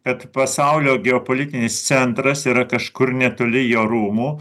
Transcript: kad pasaulio geopolitinis centras yra kažkur netoli jo rūmų